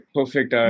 Perfect